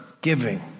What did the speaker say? giving